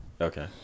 Okay